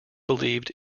believed